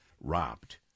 robbed